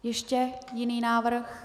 Ještě jiný návrh?